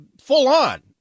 full-on